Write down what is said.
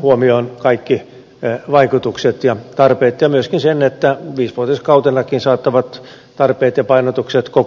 huomioon kaikki vaikutukset ja tarpeet ja myöskin sen että viisivuotiskautenakin saattavat tarpeet ja painotukset koko ajan muuttua